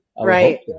right